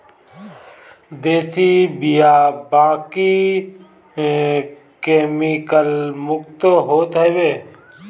देशी बिया बाकी केमिकल मुक्त होत हवे